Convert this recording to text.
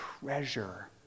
treasure